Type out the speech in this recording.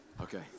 Okay